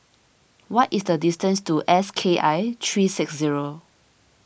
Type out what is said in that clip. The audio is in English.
what is the distance to S K I three six zero